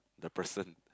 the person